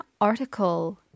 article